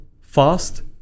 Fast